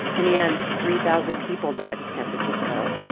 in the end, three thousand people died in san francisco,